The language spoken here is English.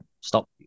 Stop